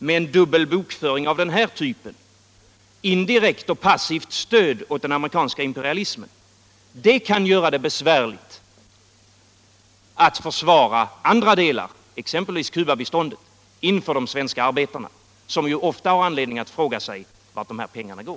Men en dubbelbokföring av den här typen — ett indirekt och passivt stöd åt den amerikanska imperialismen — kan göra det besvärligt att försvara andra delar - exempelvis Cubabiståndet — inför de svenska arbetarna, som ju ofta har anledning att fråga sig vart dessa pengar går.